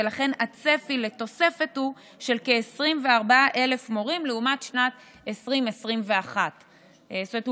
ולכן הצפי לתוספת הוא של כ-24,000 מורים לעומת שנת 2021. זאת אומרת,